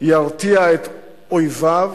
ירתיעו את אויביהם,